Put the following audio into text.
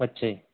ਅੱਛਾ ਜੀ